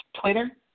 Twitter